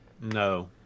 No